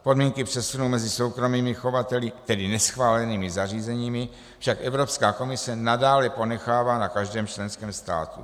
Podmínky přesunu mezi soukromými chovateli, tedy neschválenými zařízeními, však Evropská komise nadále ponechává na každém členském státu.